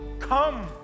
Come